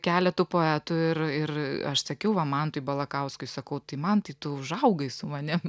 keletu poetų ir ir aš sakiau va mantui balakauskui sakau tai mantai tu užaugai su manim